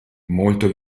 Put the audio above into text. molto